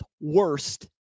worst